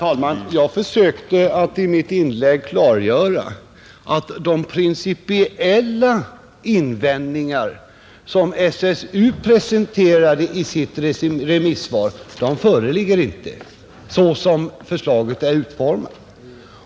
Herr talman! Jag försökte att i mitt inlägg klargöra att de principiella invändningar som SSU presenterade i sitt remissvar inte föreligger så som förslaget är utformat.